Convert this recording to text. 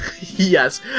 Yes